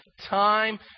time